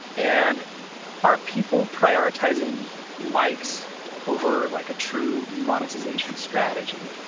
and are people prioritizing likes over like a true monetization strategy?